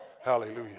Hallelujah